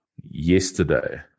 yesterday